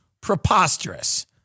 preposterous